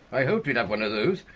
i hoped we'd have one of those!